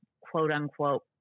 quote-unquote